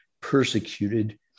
persecuted